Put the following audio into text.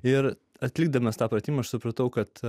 ir atlikdamas tą pratimą aš supratau kad